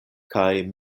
kaj